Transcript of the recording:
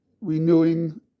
renewing